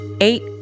eight